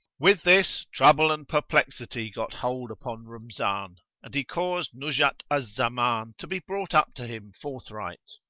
with this, trouble and perplexity got hold upon rumzan and he caused nuzhat al-zaman to be brought up to him forthright.